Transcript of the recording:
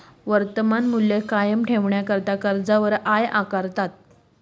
वर्तमान मूल्य कायम ठेवाणाकरता कर्जवर याज आकारतस